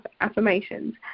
affirmations